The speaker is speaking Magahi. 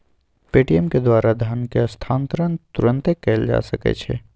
पे.टी.एम के द्वारा धन के हस्तांतरण तुरन्ते कएल जा सकैछइ